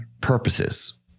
purposes